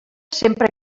sempre